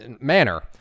manner